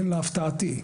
להפתעתי.